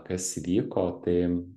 kas įvyko tai